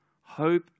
Hope